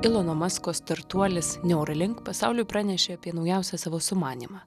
ilono masko startuolis neuralink pasauliui pranešė apie naujausią savo sumanymą